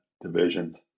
divisions